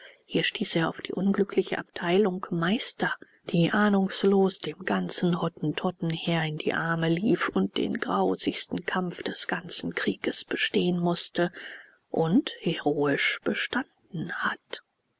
hier stieß er auf die unglückliche abteilung meister die ahnungslos dem ganzen hottentottenheer in die arme lief und den grausigsten kampf des ganzen krieges bestehen mußte und heroisch bestanden hat